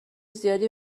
زیادی